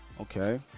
Okay